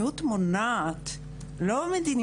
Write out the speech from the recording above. וארבעה